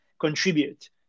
contribute